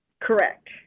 Correct